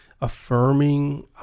affirming